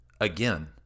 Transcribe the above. Again